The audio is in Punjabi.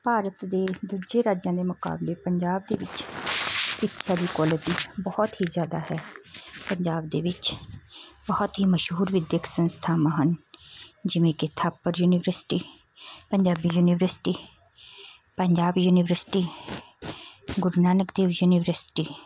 ਭਾਰਤ ਦੇ ਦੂਜੇ ਰਾਜਾਂ ਦੇ ਮੁਕਾਬਲੇ ਪੰਜਾਬ ਦੇ ਵਿੱਚ ਸਿੱਖਿਆ ਦੀ ਕੁਆਲੀਟੀ ਬਹੁਤ ਹੀ ਜ਼ਿਆਦਾ ਹੈ ਪੰਜਾਬ ਦੇ ਵਿੱਚ ਬਹੁਤ ਹੀ ਮਸ਼ਹੂਰ ਵਿੱਦਿਅਕ ਸੰਸਥਾਵਾਂ ਹਨ ਜਿਵੇਂ ਕਿ Thapar university Punjabi university Punjab university Guru Nanak Dev ji university